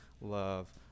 love